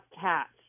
cats